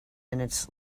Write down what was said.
minutes